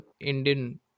Indian